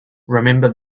remember